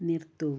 നിർത്തൂ